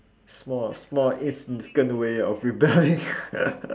small small insignficant way of rebelling